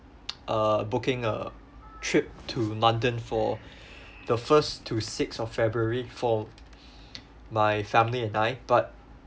uh booking a trip to london for the first to sixth of february for my family and I but